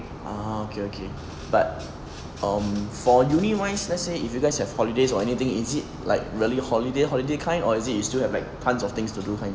ah okay okay but um for uni wise let's say if you guys have holidays or anything is it like really holiday holiday kind or is it you still have like tons of things to do kind